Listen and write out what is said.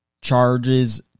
charges